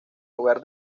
hogar